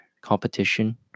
competition